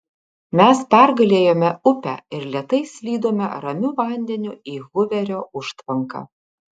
mes pergalėjome upę ir lėtai slydome ramiu vandeniu į huverio užtvanką